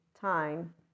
time